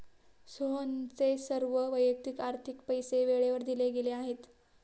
सोहनचे सर्व वैयक्तिक आर्थिक पैसे वेळेवर दिले गेले आहेत